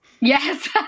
Yes